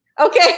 Okay